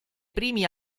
primi